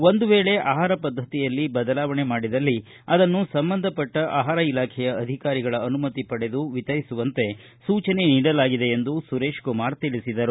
ಒಂದು ವೇಳೆ ಆಹಾರ ಪದ್ದತಿಯಲ್ಲಿ ಬದಲಾವಣೆ ಮಾಡಿದಲ್ಲಿ ಅದನ್ನು ಸಂಬಂಧಪಟ್ಟ ಆಹಾರ ಇಲಾಖೆಯ ಅಧಿಕಾರಿಗಳ ಅನುಮತಿ ಪಡೆದು ವಿತರಿಸುವಂತೆ ಸೂಚನೆ ನೀಡಲಾಗಿದೆ ಎಂದು ಸುರೇಶ್ಕುಮಾರ್ ತಿಳಿಸಿದರು